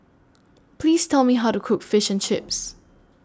Please Tell Me How to Cook Fish and Chips